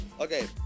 Okay